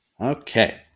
Okay